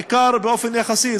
ניכר באופן יחסי,